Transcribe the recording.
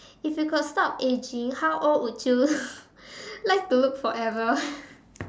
if you could stop ageing how old would you like to look forever